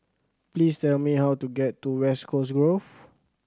please tell me how to get to West Coast Grove